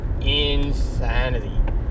insanity